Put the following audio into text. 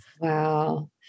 Wow